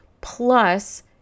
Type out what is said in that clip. Plus